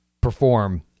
perform